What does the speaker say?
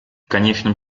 конечном